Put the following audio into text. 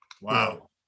Wow